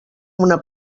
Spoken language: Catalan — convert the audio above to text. una